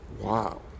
Wow